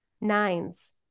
Nines